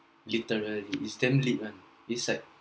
literally is damn lead [one] it's like